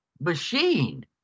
machine